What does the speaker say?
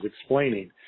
explaining